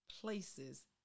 places